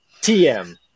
tm